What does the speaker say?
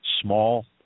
small